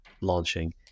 launching